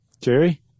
Jerry